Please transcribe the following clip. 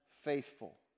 faithful